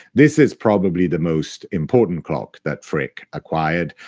this is probably the most important clock that frick acquired,